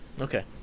Okay